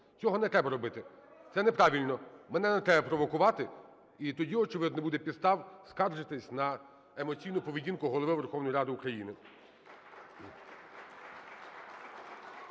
Цього не треба робити, це неправильно. Мене не треба провокувати і тоді, очевидно, не буде підстав скаржитись на емоційну поведінку Голови Верховної Ради України.